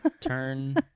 Turn